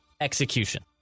execution